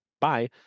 bye